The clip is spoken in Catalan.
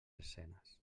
escenes